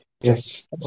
Yes